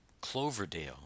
Cloverdale